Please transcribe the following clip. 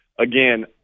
again